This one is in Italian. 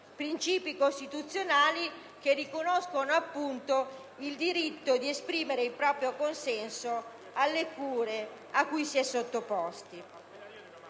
principi costituzionali, che riconoscono appunto il diritto di esprimere il proprio consenso alle cure a cui si è sottoposti.